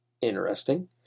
interesting